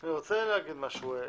אני רוצה לומר משהו.